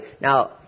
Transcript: Now